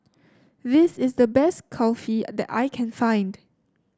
this is the best Kulfi that I can find